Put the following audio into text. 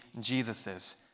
Jesus's